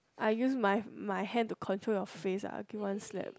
I used my my hand to control your face lah I give you one slap